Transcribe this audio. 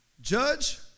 Judge